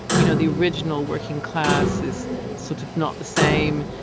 you know, the original working class is sort of not the same,